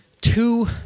two